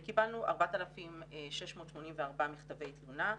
קיבלנו 4,684 מכתבי תלונה.